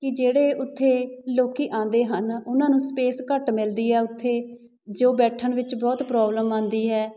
ਕਿ ਜਿਹੜੇ ਉੱਥੇ ਲੋਕ ਆਉਂਦੇ ਹਨ ਉਹਨਾਂ ਨੂੰ ਸਪੇਸ ਘੱਟ ਮਿਲਦੀ ਆ ਉੱਥੇ ਜੋ ਬੈਠਣ ਵਿੱਚ ਬਹੁਤ ਪ੍ਰੋਬਲਮ ਆਉਂਦੀ ਹੈ